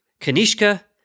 Kanishka